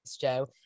Joe